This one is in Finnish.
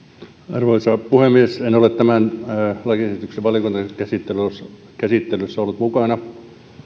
arvoisa puhemies en ole tämän lakiesityksen valiokuntakäsittelyssä mukana